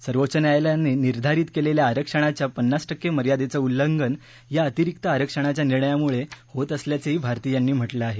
सर्वोच्च न्यायालयानं निर्धारित केलेल्या आरक्षणाच्या पन्नास टक्के मर्यादेचं उल्लंघन या अतिरिक्त आरक्षणाच्या निर्णयामुळे होत असल्याचंही भारती यांनी म्हटलं आहे